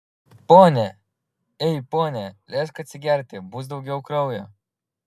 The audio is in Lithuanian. pone ei pone leisk atsigerti bus daugiau kraujo